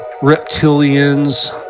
reptilians